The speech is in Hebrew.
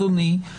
אדוני,